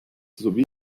sowie